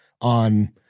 on